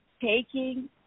taking